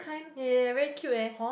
yea yea yea very cute eh